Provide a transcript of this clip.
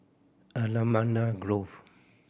Allamanda Grove